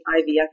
IVF